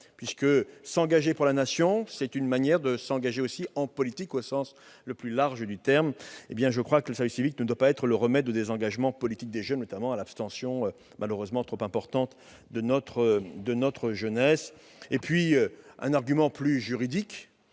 effet, s'engager pour la Nation, c'est une manière aussi de s'engager en politique au sens le plus large du terme. Mais le service civique ne doit pas être le remède au désengagement politique des jeunes, notamment à l'abstention, malheureusement trop importante. Je terminerai mon propos par un argument plus juridique